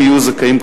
הם יהיו זכאים,